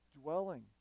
dwelling